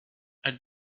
elle